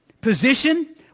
position